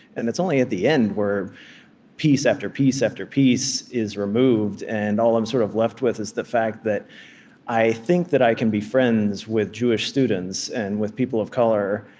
and it's only at the end, where piece after piece after piece is removed, and all i'm sort of left with is the fact that i think that i can be friends with jewish students and with people of color,